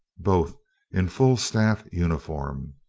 both in full staff uniform.